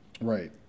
Right